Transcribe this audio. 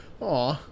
Aw